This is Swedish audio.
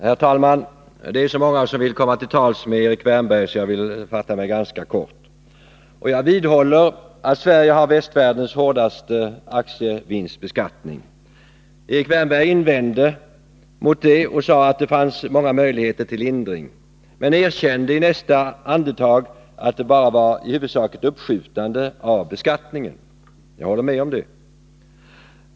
Herr talman! Det är så många som vill komma till tals med Erik Wärnberg, så jag skall fatta mig ganska kort. Jag vidhåller att Sverige har västvärldens hårdaste aktievinstbeskattning. Erik Wärnberg invände mot det och sade att det finns många möjligheter till lindring, men erkände i nästa andetag att det i huvudsak bara var ett uppskjutande av beskattningen. Jag håller med om det.